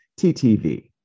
ttv